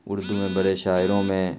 اردو میں بڑے شاعروں میں